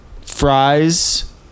Fries